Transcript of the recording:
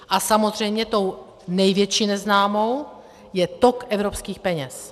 A samozřejmě tou největší neznámou je tok evropských peněz.